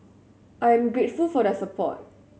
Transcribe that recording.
I am grateful for their support